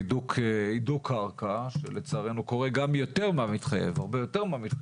הידוק קרקע שלצערנו קורה גם הרבה יותר מהמתחייב,